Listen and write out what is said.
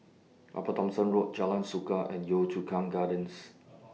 Upper Thomson Road Jalan Suka and Yio Chu Kang Gardens